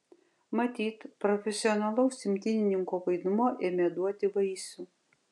matyt profesionalaus imtynininko vaidmuo ėmė duoti vaisių